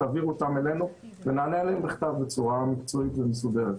תעבירו אותם אלינו ונענה עליהן בכתב בצורה מקצועית ומסודרת.